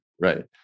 Right